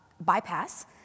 bypass